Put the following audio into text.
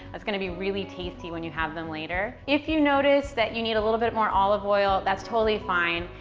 it's going to be really tasty when you have them later. if you notice that you need a little bit more olive oil, that's totally fine.